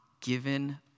given